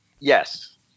Yes